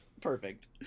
Perfect